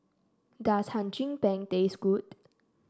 does Hum Chim Peng taste good